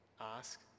ask